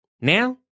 Now